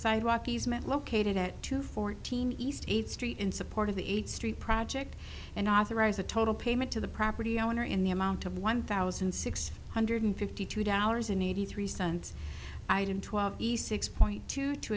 sidewalk easement located at two fourteen east eighth street in support of the eighth street project and authorize a total payment to the property owner in the amount of one thousand six hundred fifty two dollars and eighty three cents i did twelve east six point two two